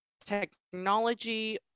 technology